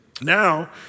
Now